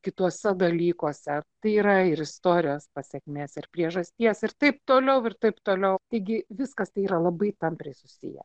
kituose dalykuose tai yra ir istorijos pasekmės ir priežasties ir taip toliau ir taip toliau taigi viskas tai yra labai tampriai susiję